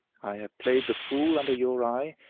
i have played the fool under your eye,